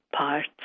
parts